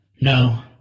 No